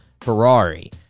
Ferrari